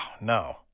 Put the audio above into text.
no